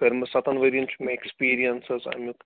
کٔرمٕژ سَتَن ؤرِیَن چھِ مےٚ اٮ۪کٕسپیٖرینَس حظ اَمیُک